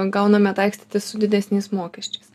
gauname taikstytis su didesniais mokesčiais